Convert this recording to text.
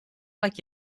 like